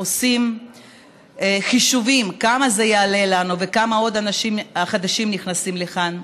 עושים חישובים כמה זה יעלה לנו וכמה עוד אנשים חדשים נכנסים לכאן,